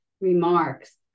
remarks